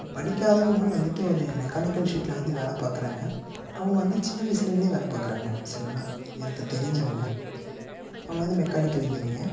இப்போ படிக்காதவர்களும் வந்துட்டு ஒரு மெக்கானிக்கல் ஷெட்டில் வந்து வேலை பார்க்குறாங்க அவங்க வந்து சின்ன வயதிலருந்தே வேலை பார்க்குறாங்க சரிங்களா எனக்கு தெரிஞ்சவங்க அவங்க வந்து மெக்கானிக்கல் இன்ஜினியர்